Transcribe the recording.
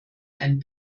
ein